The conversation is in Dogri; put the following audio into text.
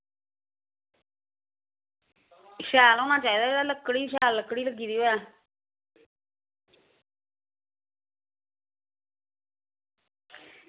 शैल होना चाहिदा जेह्दे ई लकड़ी लकड़ी शैल होना चाहिदी ऐ